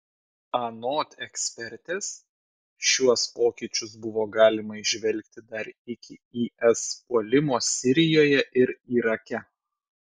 anot ekspertės šiuos pokyčius buvo galima įžvelgti dar iki is puolimo sirijoje ir irake